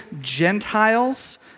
Gentiles